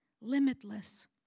limitless